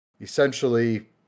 essentially